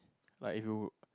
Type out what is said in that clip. like if you